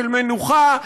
של מנוחה,